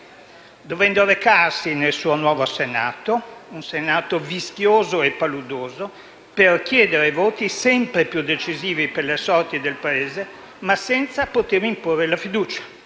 dovendo recarsi nel suo nuovo Senato, un Senato vischioso e paludoso, per chiedere voti sempre più decisivi per le sorti del Paese, ma senza poter imporre la fiducia.